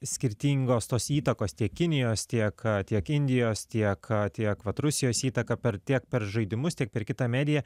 skirtingos tos įtakos tiek kinijos tiek tiek indijos tiek tiek vat rusijos įtaką per tiek per žaidimus tiek per kitą mediją